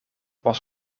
was